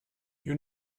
you